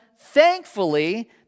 thankfully